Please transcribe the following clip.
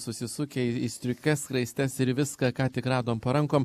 susisukę į į striukes skraistes ir į viską ką tik radom po rankom